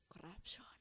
corruption